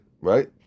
Right